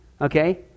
Okay